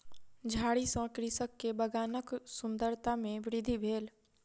झाड़ी सॅ कृषक के बगानक सुंदरता में वृद्धि भेल